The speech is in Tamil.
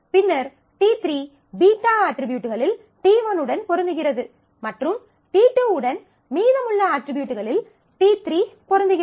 பின்னர் t3 β அட்ரிபியூட்களில் t1 உடன் பொருந்துகிறது மற்றும் t2 உடன் மீதமுள்ள அட்ரிபியூட்களில் t3 பொருந்துகிறது